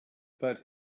but